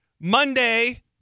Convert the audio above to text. Monday